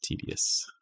tedious